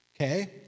Okay